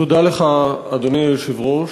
תודה לך, אדוני היושב-ראש.